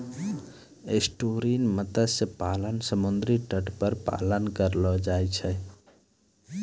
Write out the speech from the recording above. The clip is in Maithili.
एस्टुअरिन मत्स्य पालन समुद्री तट पर पालन करलो जाय छै